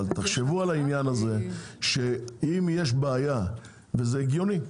אבל תחשבו על העניין הזה שאם יש בעיה וזה הגיוני,